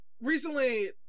Recently